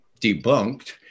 debunked